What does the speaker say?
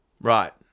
Right